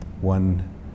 One